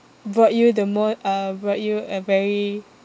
brought you the mo~ uh brought you a very